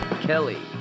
Kelly